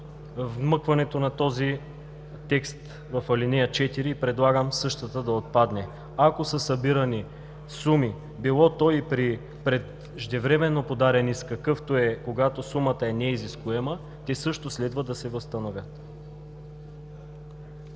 вмъкването на този текст в ал. 4 и предлагам същата да отпадне. Ако са събирани суми, било то и при преждевременно подаден иск, какъвто е когато сумата е неизискуема, те също следва да се възстановят.